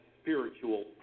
spiritual